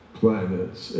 planets